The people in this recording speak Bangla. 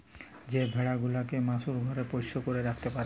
যে ভেড়া গুলাকে মালুস ঘরে পোষ্য করে রাখত্যে পারে